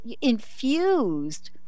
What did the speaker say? infused